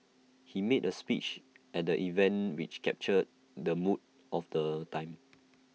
he made A speech at the event which captured the mood of the time